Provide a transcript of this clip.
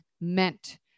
meant